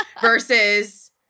versus